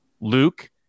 Luke